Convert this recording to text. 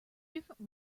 different